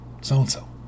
so-and-so